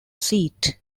seat